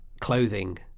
clothing